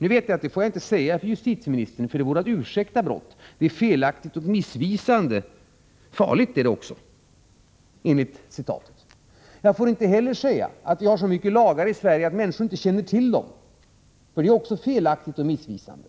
Nu vet jag att jag inte får säga det till justitieministern, för det vore att ursäkta brott — och det är felaktigt, missvisande och farligt, enligt citatet. Jag får inte heller säga att vi har så mycket lagar i Sverige att människor inte känner till dem, för det är också felaktigt och missvisande.